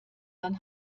dann